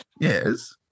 Yes